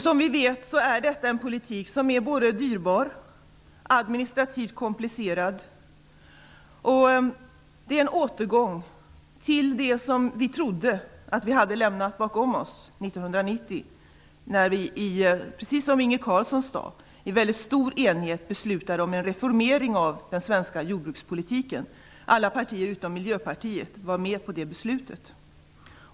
Som vi vet är det en politik som är både dyrbar och administrativt komplicerad. Den är en återgång till det som vi trodde att vi hade lämnat bakom oss 1990 när vi, precis som Inge Carlsson sade, i väldigt stor enighet beslutade om en reformering av den svenska jordbrukspolitiken. Alla partier utom Miljöpartiet var med på det beslutet.